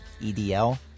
EDL